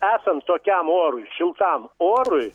esant tokiam orui šiltam orui